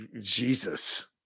Jesus